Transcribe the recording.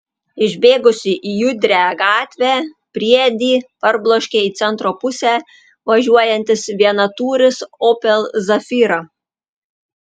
išbėgusį į judrią gatvę briedį parbloškė į centro pusę važiuojantis vienatūris opel zafira